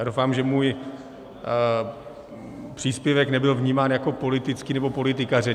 Doufám, že můj příspěvek nebyl vnímán jako politický nebo politikaření.